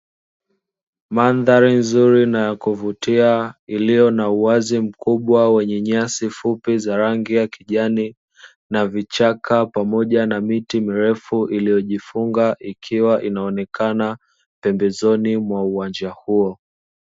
Mandhari nzuri na ya kuvutia iliyo na uwazi mkubwa wenye nyasi fupi za kijani na vichaka, pamoja na miti mirefu iliyojifunga ikiwa inaonekana pembezoni mwa uwanja huo.